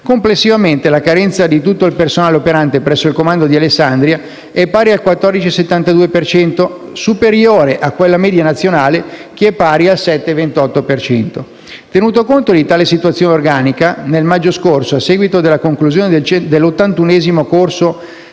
Complessivamente, la carenza di tutto il personale operante presso il comando di Alessandria, è pari al 14,72 per cento, superiore a quella nazionale, pari al 7,28 per cento. Tenuto conto di tale situazione organica, nel maggio scorso, a seguito della conclusione dell'81° corso